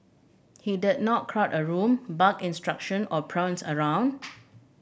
he did not crowd a room bark instruction or prance around